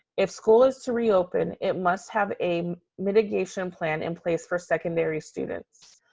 if school is to reopen, it must have a mitigation plan in place for secondary students.